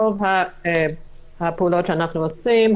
רוב הפעולות שאנחנו עושים,